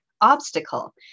obstacle